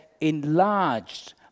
enlarged